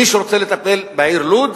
מי שרוצה לטפל בעיר לוד,